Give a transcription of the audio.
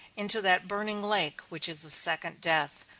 into that burning lake which is the second death.